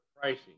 pricing